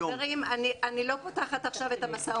חברים, אני לא פותחת עכשיו את המשא ומתן.